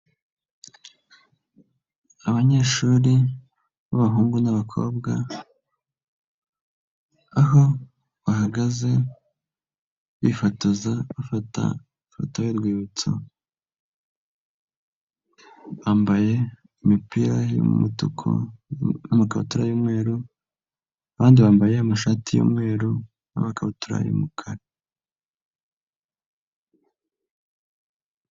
Abanyeshuri b'abahungu n'abakobwa aho bahagaze bifotoza bafata ifoto y'urwibutso, bambaye imipira y'umutuku n'ikabutura y'umweru, abandi bambaye amashati y'umweru n'amakabutura y'umukara.